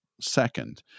second